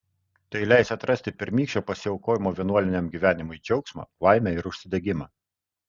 tai leis atrasti pirmykščio pasiaukojimo vienuoliniam gyvenimui džiaugsmą laimę ir užsidegimą